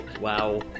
Wow